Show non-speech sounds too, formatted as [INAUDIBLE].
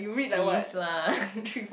please lah [LAUGHS]